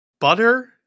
Butter